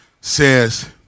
says